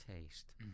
taste